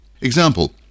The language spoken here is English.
Example